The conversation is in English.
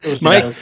Mike